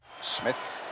Smith